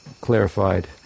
clarified